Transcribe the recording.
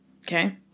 Okay